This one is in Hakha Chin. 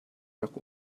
rak